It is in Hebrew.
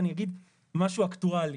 ואני אגיד משהו אקטואלי.